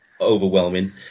overwhelming